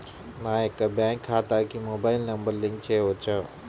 నా యొక్క బ్యాంక్ ఖాతాకి మొబైల్ నంబర్ లింక్ చేయవచ్చా?